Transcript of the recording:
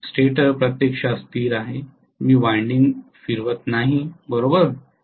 stator प्रत्यक्षात स्थिर आहे मी वायंडिंग फिरवत नाही बरोबर